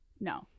no